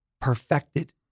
perfected